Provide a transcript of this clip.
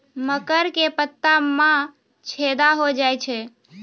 मकर के पत्ता मां छेदा हो जाए छै?